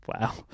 Wow